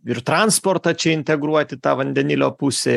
ir transportą čia integruot į tą vandenilio pusę